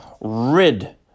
rid